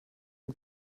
ihm